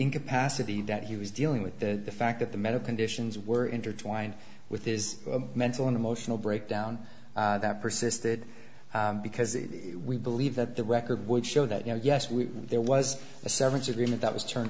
incapacity that he was dealing with the fact that the metal conditions were intertwined with his mental and emotional breakdown that persisted because we believe that the record would show that you know yes we there was a severance agreement that was turned